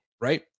right